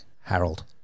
Harold